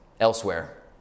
elsewhere